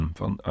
van